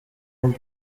world